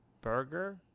Burger